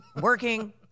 Working